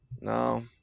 No